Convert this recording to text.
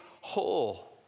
whole